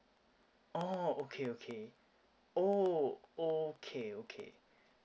oh okay okay oh okay okay